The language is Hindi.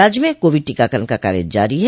राज्य में कोविड टीकाकरण का कार्य जारी है